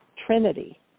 trinity